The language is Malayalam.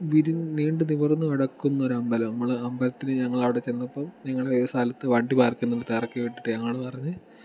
വിരിന് നീണ്ട് നിവർന്ന് കിടക്കുന്ന ഒരു അമ്പലം നമ്മൾ അമ്പലത്തിൽ ഞങ്ങൾ അവിടെ ചെന്നപ്പോൾ ഞങ്ങളെ ഒരു സ്ഥലത്ത് വണ്ടി പാർക്ക് ചെയ്യുന്ന സ്ഥലത്ത് ഇറക്കി വിട്ടിട്ട് ഞങ്ങളോട് പറഞ്ഞു